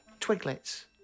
twiglets